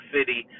City